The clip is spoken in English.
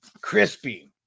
Crispy